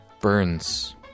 burns